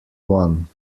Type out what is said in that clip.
one